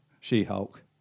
She-Hulk